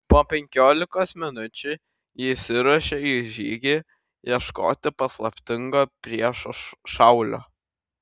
po penkiolikos minučių ji išsiruošė į žygį ieškoti paslaptingo priešo šaulio